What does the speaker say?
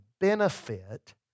benefit